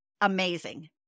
amazing